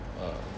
uh